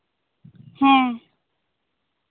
ᱦᱮᱸ